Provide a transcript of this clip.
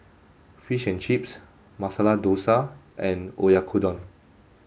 Fish and Chips Masala Dosa and Oyakodon